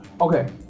okay